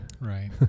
Right